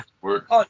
work